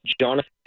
Jonathan